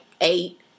eight